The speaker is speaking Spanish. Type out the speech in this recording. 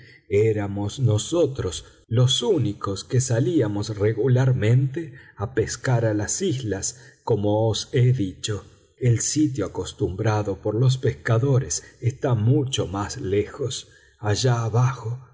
éramos nosotros los únicos que salíamos regularmente a pescar a las islas como os he dicho el sitio acostumbrado por los pescadores está mucho más lejos allá abajo